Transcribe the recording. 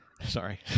Sorry